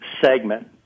segment